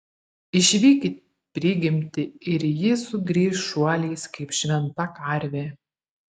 išvykit prigimtį ir ji sugrįš šuoliais kaip šventa karvė